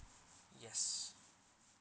yes